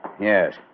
Yes